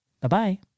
Bye-bye